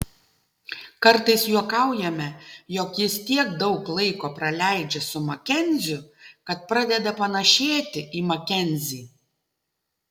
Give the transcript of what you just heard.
kartais juokaujame jog jis tiek daug laiko praleidžia su makenziu kad pradeda panėšėti į makenzį